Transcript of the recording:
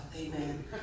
Amen